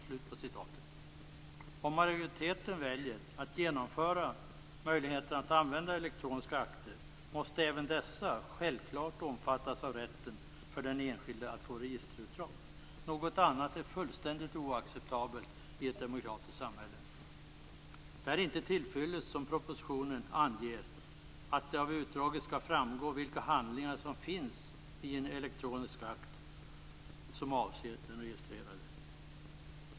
Om majoriteten väljer att genomföra möjligheten att använda elektroniska akter, måste även dessa självklart omfattas av rätten för den enskilde att få registerutdrag. Något annat är fullständigt oacceptabelt i ett demokratiskt samhälle. Det är inte till fyllest att som propositionen ange att det av utdraget skall framgå vilka handlingar som finns i en elektronisk akt som avser den registrerade.